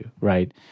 right